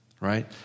right